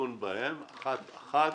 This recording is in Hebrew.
אחת אחת